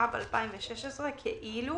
התשע"ו-2016 כאילו: